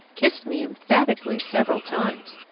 kissed me emphatically several times.